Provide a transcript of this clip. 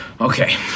Okay